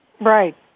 Right